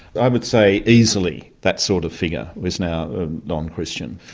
i would say easily that sort of figure is now non-christian,